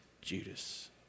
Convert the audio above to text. Judas